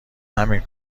همین